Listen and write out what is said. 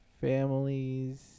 families